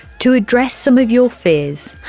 to address some of your fears,